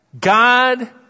God